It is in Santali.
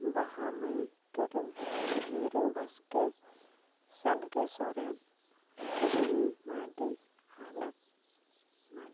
ᱵᱟᱦᱟᱢᱟᱹᱭ ᱴᱩᱰᱩ ᱢᱤᱨᱩ ᱵᱟᱥᱠᱮ ᱥᱟᱞᱜᱮ ᱥᱚᱨᱮᱱ ᱠᱩᱱᱟᱹᱢᱤ ᱢᱟᱨᱰᱤ ᱟᱦᱞᱟ ᱢᱟᱨᱰᱤ